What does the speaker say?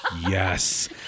yes